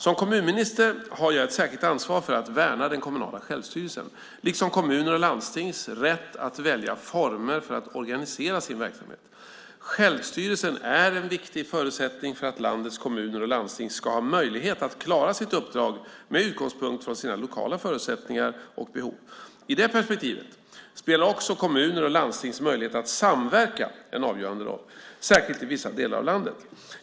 Som kommunminister har jag ett särskilt ansvar för att värna den kommunala självstyrelsen, liksom kommuners och landstings rätt att välja former för att organisera sin verksamhet. Självstyrelsen är en viktig förutsättning för att landets kommuner och landsting ska ha möjlighet att klara sitt uppdrag med utgångspunkt från sina lokala förutsättningar och behov. I det perspektivet spelar också kommuners och landstings möjlighet att samverka en avgörande roll, särskilt i vissa delar av landet.